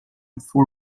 for